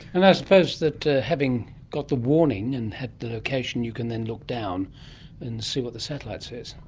and i suppose that having got the warning and had the location, you can then look down and see what the satellite says?